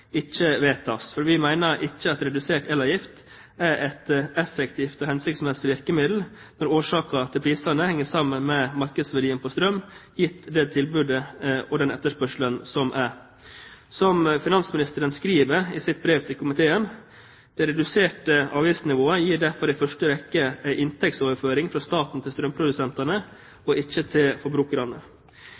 ikke vedtas. For vi mener at redusert elavgift ikke er et effektivt og hensiktsmessig virkemiddel når prisene henger sammen med markedsverdien på strøm gitt det tilbudet og den etterspørselen som er. Som finansministeren skriver i sitt brev til komiteen: «Det reduserte avgiftsnivået gir derfor i første rekke en inntektsoverføring fra staten til strømprodusentene, og ikke til forbrukerne.»